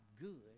good